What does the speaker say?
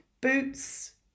boots